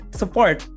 support